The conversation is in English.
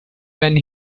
when